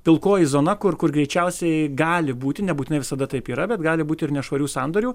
pilkoji zona kur kur greičiausiai gali būti nebūtinai visada taip yra bet gali būti ir nešvarių sandorių